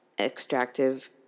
extractive